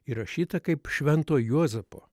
įrašyta kaip švento juozapo